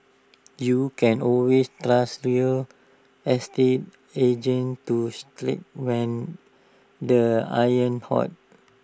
you can always trust real estate agents to strike when the iron's hot